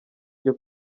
byo